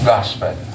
Gospel